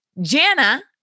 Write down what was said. Jana